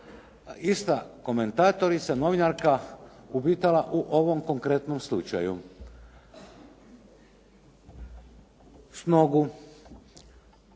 ista komentatorica, novinarka upitala u ovom konkretnom slučaju,